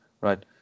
right